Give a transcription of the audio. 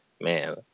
Man